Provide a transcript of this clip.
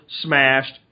smashed